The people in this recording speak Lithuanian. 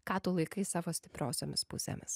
ką tu laikai savo stipriosiomis pusėmis